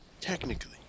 technically